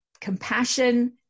compassion